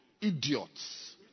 Idiots